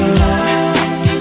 love